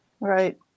Right